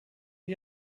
die